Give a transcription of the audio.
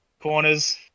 corners